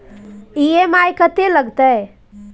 EMI कत्ते लगतै?